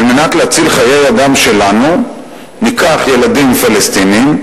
על מנת להציל חיי אדם שלנו ניקח ילדים פלסטינים,